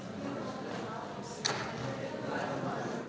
Hvala